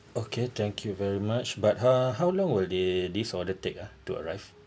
okay thank you very much but uh how long will they this order take ah to arrive